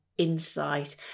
insight